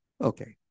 okay